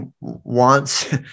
wants